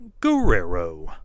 Guerrero